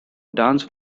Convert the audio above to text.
dance